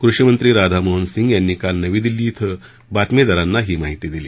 कृषी मंत्री राधामोहन सिंग यांनी काल नवी दिल्ली इथं बातमीदारांना ही माहिती दिली